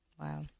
Wow